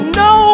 no